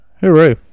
hooray